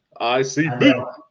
ICB